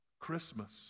Christmas